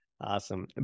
Awesome